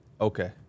Okay